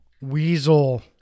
weasel